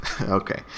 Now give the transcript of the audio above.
Okay